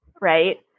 Right